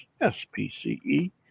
S-P-C-E